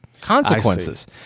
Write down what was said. consequences